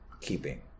keeping